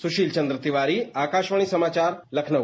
सुशील चंद्र तिवारी आकाशवाणी समाचार लखनऊ